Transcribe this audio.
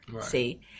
see